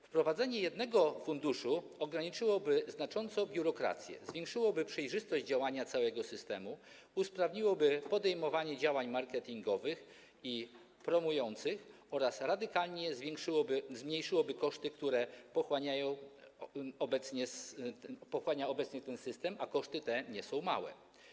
Wprowadzenie jednego funduszu ograniczyłoby znacząco biurokrację, zwiększyłoby przejrzystość działania całego systemu, usprawniłoby podejmowanie działań marketingowych i promocyjnych oraz radykalnie zmniejszyłoby koszty, które pochłania obecnie ten system, a koszty te nie są małe.